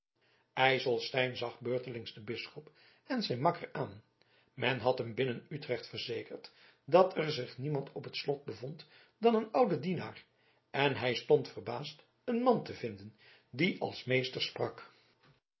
ijselstein zag beurtelings den bisschop en zijn makker aan men had hem binnen utrecht verzekerd dat er zich niemand op het slot bevond dan een oude dienaar en hij stond verbaasd een man te vinden die als meester sprak